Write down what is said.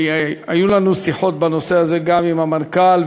היו לנו שיחות בנושא הזה גם עם המנכ"ל,